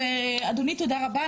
אדוני, תודה רבה.